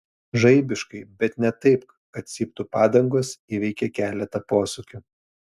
žaibiškai bet ne taip kad cyptų padangos įveikė keletą posūkių